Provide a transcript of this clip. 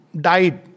died